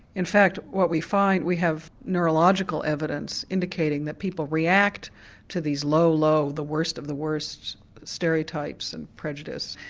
in fact what we find we have neurological evidence indicating that people react to these low, low, the worst of the worst stereotypes and prejudice,